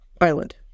island